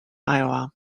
iowa